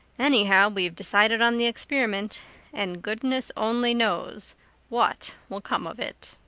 anyhow, we've decided on the experiment and goodness only knows what will come of it.